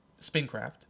SpinCraft